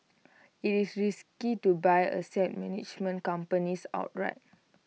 IT is risky to buy asset management companies outright